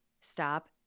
stop